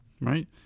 Right